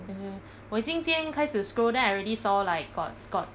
ugh 我今天开始 scroll then I saw like got got